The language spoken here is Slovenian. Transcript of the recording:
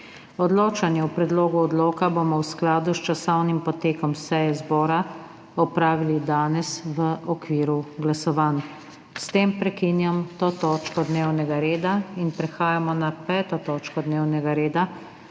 Odločanje o predlogu odloka bomo v skladu s časovnim potekom seje zbora opravili danes v okviru glasovanj. S tem prekinjam to točko dnevnega reda. Prehajamo na 5. TOČKO DNEVNEGA REDA,